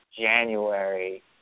January